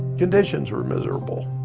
conditions were miserable.